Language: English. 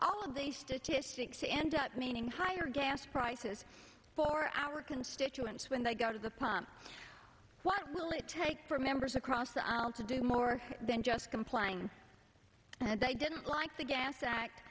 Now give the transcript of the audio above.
all of these statistics end up meaning higher gas prices for our constituents when they go to the pump what will it take for members across the aisle to do more than just complying and they didn't like the gas act